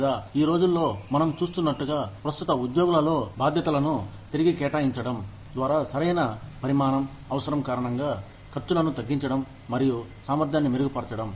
లేదా ఈ రోజుల్లో మనం చూస్తున్నట్లుగా ప్రస్తుత ఉద్యోగుల లో బాధ్యతలను తిరిగి కేటాయించడం ద్వారా సరైన పరిమాణం అవసరం కారణంగా ఖర్చులను తగ్గించడం మరియు సామర్థ్యాన్ని మెరుగుపరచడం